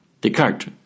Descartes